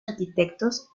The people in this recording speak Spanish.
arquitectos